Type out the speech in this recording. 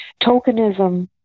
tokenism